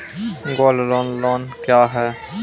Gold loan loan क्या हैं?